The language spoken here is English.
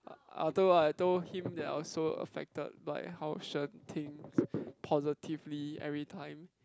although I told him that I was so affected by how Shen thinks positively every time